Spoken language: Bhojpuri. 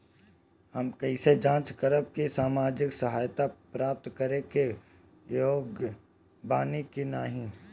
हम कइसे जांच करब कि सामाजिक सहायता प्राप्त करे के योग्य बानी की नाहीं?